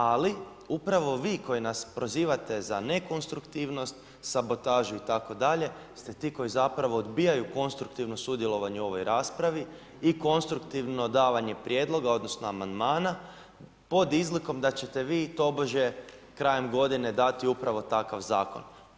Ali, upravo vi koji nas prozivate za nekonstruktivnost, sabotažu itd. ste ti koji zapravo odbijaju konstruktivno sudjelovanje u ovoj raspravi i konstruktivno davanje prijedloga, odnosno amandmana pod izlikom da ćete vi tobože, krajem godine dati upravo takav zakon.